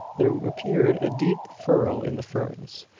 there appeared a deep furrow in the ferns.